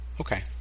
okay